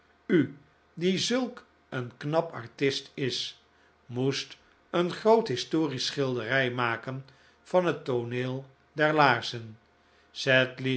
u die zulk een knap artist is moest een groot historisch schilderij maken van het tooneel der laarzen